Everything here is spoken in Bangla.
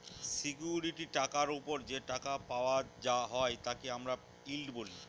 সিকিউরিটি টাকার ওপর যে টাকা পাওয়া হয় তাকে আমরা ইল্ড বলি